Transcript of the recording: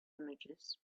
images